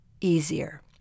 Easier